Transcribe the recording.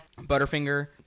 Butterfinger